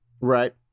Right